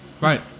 Right